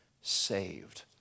saved